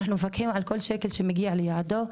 אנחנו מפקחים על כל שקל שיגיע לייעדו,